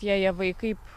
tie javai kaip